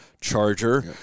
Charger